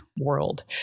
world